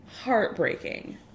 Heartbreaking